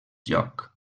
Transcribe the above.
joc